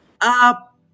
up